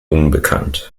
unbekannt